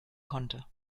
konnte